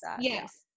Yes